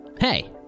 Hey